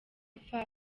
apfa